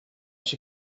she